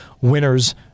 winners